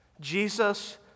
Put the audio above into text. Jesus